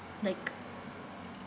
like